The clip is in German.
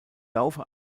laufe